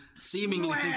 Seemingly